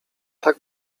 tak